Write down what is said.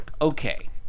Okay